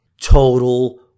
Total